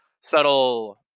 subtle